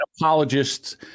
apologists